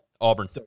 Auburn